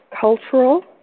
cultural